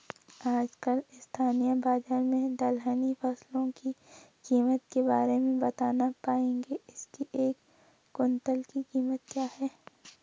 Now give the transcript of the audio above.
आजकल स्थानीय बाज़ार में दलहनी फसलों की कीमत के बारे में बताना पाएंगे इसकी एक कुन्तल की कीमत क्या है?